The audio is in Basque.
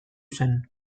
zen